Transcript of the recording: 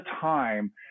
time